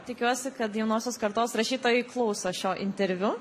tikiuosi kad jaunosios kartos rašytojai klauso šio interviu